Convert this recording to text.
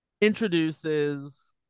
introduces